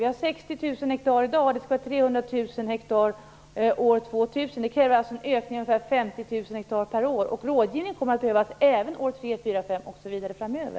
Det finns 60 000 hektar i dag, och det skall vara 300 000 hektar år 2000. Det krävs alltså en ökning med ungefär 50 000 hektar per år. Rådgivning kommer att behövas även år tre, fyra och fem osv.